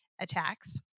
attacks